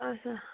آچھا